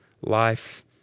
life